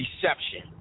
deception